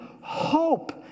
hope